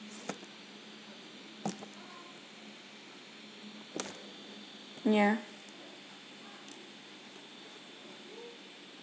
ya